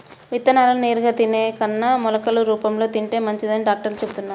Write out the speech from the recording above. విత్తనాలను నేరుగా తినే కన్నా మొలకలు రూపంలో తింటే మంచిదని డాక్టర్లు చెబుతున్నారు